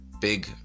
big